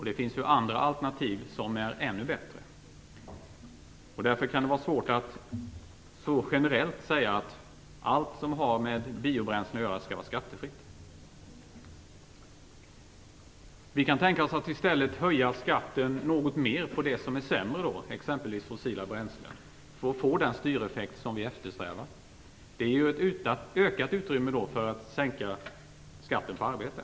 Det finns ju andra alternativ som är ännu bättre. Därför kan det vara svårt att generellt säga att allt som har med biobränslen att göra skall vara skattefritt. Vi kan i stället tänka oss en ytterligare höjning av skatten på det som är sämre, exempelvis fossila bränslen, för att få den styreffekt som vi eftersträvar. Det skulle ge ett ökat utrymme för att sänka skatten på arbete.